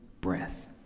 breath